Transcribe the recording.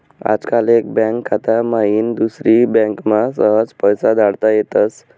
आजकाल एक बँक खाता माईन दुसरी बँकमा सहज पैसा धाडता येतस